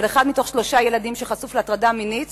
שאחד מתוך שלושה ילדים חשוף להטרדה מינית,